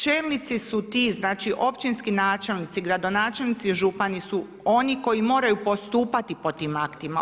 Čelnici su ti, znači općinski načelnici, gradonačelnici, župani su oni koji moraju postupati po tim aktima.